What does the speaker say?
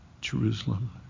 Jerusalem